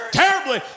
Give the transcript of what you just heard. terribly